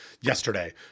yesterday